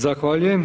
Zahvaljujem.